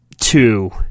two